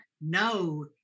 no